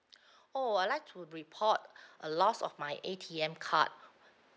oh I'd like to report a loss of my A_T_M card